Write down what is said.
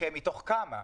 מתוך כמה?